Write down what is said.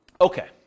Okay